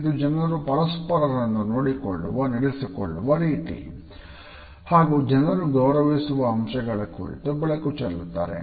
ಇದು ಜನರು ಪರಸ್ಪರರನ್ನು ನಡೆಸಿಕೊಳ್ಳುವ ರೀತಿ ಹಾಗೂ ಜನರು ಗೌರವಿಸುವ ಅಂಶಗಳ ಕುರಿತು ಬೆಳಕು ಚೆಲ್ಲುತ್ತದೆ